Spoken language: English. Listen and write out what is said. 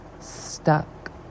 stuck